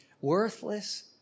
worthless